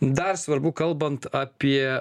dar svarbu kalbant apie